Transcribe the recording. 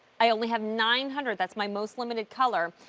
i only have nine hundred. that's my most-limited color.